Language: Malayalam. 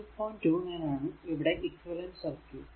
29 ആണ് ഇവിടെ ഇക്വിവലെന്റ് സർക്യൂട് equivalent circuit